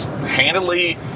handily